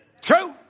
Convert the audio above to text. True